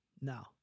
Now